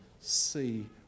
see